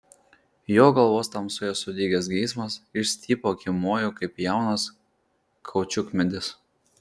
jo galvos tamsoje sudygęs geismas išstypo akimoju kaip jaunas kaučiukmedis